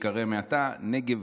שייקרא מעתה: נגב,